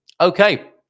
Okay